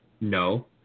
No